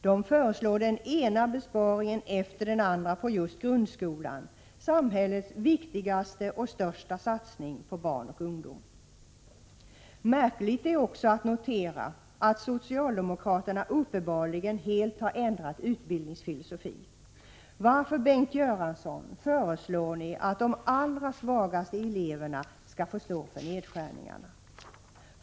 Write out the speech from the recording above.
Den föreslår den ena besparingen efter den andra på just grundskolan, samhällets viktigaste och största satsning på barn och ungdom. Märkligt är också att notera att socialdemokraterna uppenbarligen helt har ändrat utbildningsfilosofi. Varför, Bengt Göransson, föreslår ni att de allra svagaste eleverna skall få stå för nedskärningarna?